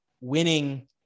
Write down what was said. winning